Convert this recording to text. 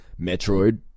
Metroid